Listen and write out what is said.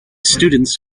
students